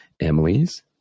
Emily's